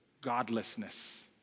godlessness